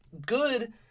good